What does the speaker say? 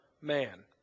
man